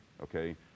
okay